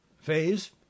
phase